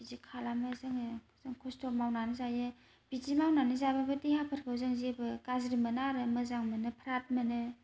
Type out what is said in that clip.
बिदि खालामो जोङो जों खस्ट' मावनानै जायो बिदि मावनानै जाबाबो देहाफोरखौ जों जेबो गाज्रि मोना आरो मोजां मोनो फ्राथ मोनो